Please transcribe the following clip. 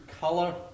color